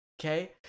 Okay